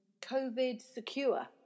COVID-secure